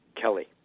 Kelly